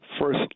First